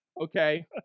okay